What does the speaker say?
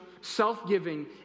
self-giving